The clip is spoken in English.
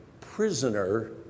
prisoner